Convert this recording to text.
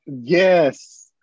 Yes